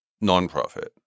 non-profit